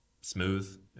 smooth